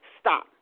stop